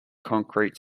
concrete